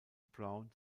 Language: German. brown